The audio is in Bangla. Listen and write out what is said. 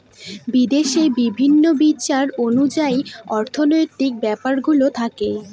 বিদেশে বিভিন্ন বিচার অনুযায়ী অর্থনৈতিক ব্যাপারগুলো থাকে